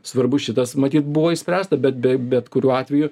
svarbu šitas matyt buvo išspręsta bet be bet kuriuo atveju